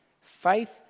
Faith